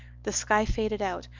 the sky faded out,